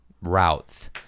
routes